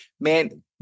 man